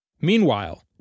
Meanwhile